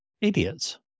idiots